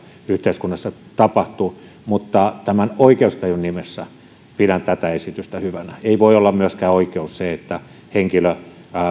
yhteiskunnassa tapahtuu mutta tämän oikeustajun nimessä pidän tätä esitystä hyvänä ei voi olla myöskään sellaista oikeutta että henkilö